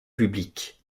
publiques